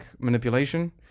manipulation